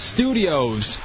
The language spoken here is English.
Studios